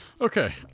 Okay